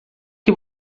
que